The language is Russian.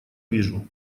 вижу